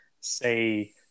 say –